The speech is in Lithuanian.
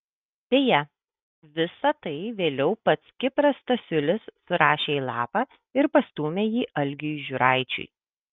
beje visa tai vėliau pats kipras stasiulis surašė į lapą ir pastūmė jį algiui žiūraičiui